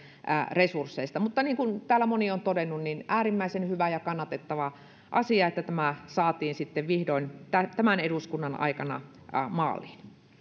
resursseista niin kuin täällä moni on todennut äärimmäisen hyvä ja kannatettava asia että tämä saatiin sitten vihdoin tämän tämän eduskunnan aikana maaliin